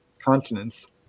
continents